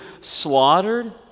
slaughtered